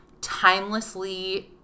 timelessly